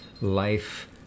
life